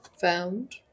found